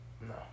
No